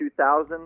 2000